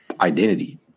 identity